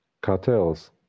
cartels